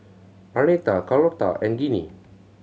Arnetta Carlotta and Ginny